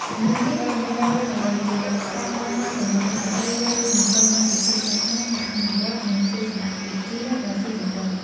ជំនឿនេះមិនមែនគ្រាន់តែជាការបន់ស្រន់ប៉ុណ្ណោះទេ ប៉ុន្តែវារួមបញ្ចូលនូវពិធីសាសនា ការអនុវត្តន៍ និងទស្សនៈវិជ្ជាដ៏ស៊ីជម្រៅ។